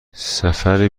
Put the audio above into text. سفر